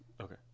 Okay